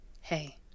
hey